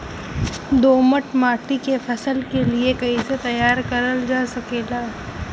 दोमट माटी के फसल के लिए कैसे तैयार करल जा सकेला?